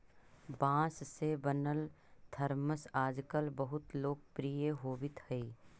बाँस से बनल थरमस आजकल बहुत लोकप्रिय होवित हई